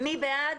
מי בעד?